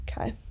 okay